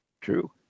True